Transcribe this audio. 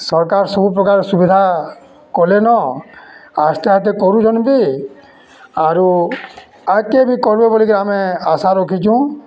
ସର୍କାର୍ ସବୁପ୍ରକାର ସୁବିଧା କଲେନ ଆସ୍ତେ ଆସ୍ତେ କରୁଚନ୍ ବି ଆରୁ ଆକେ ବି କର୍ବେ ବଲିକରି ଆମେ ଆଶା ରଖିଚୁଁ